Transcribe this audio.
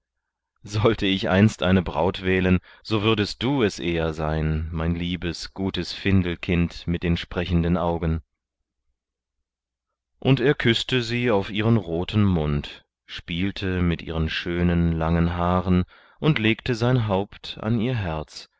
sollte ich einst eine braut wählen so würdest du es eher sein mein liebes gutes findelkind mit den sprechenden augen und er küßte sie auf ihren roten mund spielte mit ihren schönen langen haaren und legte sein haupt an ihr herz